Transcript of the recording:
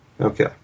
Okay